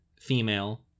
female